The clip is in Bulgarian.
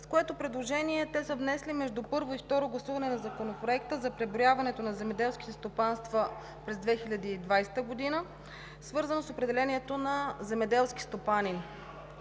което те са внесли между първо и второ гласуване на Законопроекта за преброяването на земеделските стопанства през 2020 г., свързано с определението на „Земеделски стопанин“.